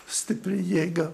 stipri jėga